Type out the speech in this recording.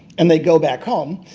and they go back home.